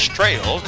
trail